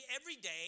everyday